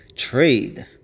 trade